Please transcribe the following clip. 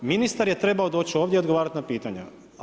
Ministar je trebao doći ovdje i odgovarati na pitanja.